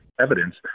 evidence